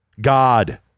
God